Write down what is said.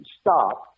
stop